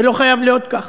זה לא חייב להיות כך.